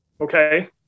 Okay